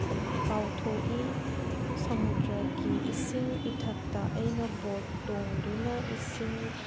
ꯀꯥꯎꯊꯣꯛꯏ ꯁꯝꯃꯨꯗ꯭ꯔꯒꯤ ꯏꯁꯤꯡ ꯏꯊꯛꯇ ꯑꯩꯅ ꯕꯣꯠ ꯇꯣꯡꯗꯨꯅ ꯏꯁꯤꯡ